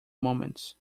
moments